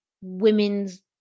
women's